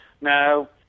Now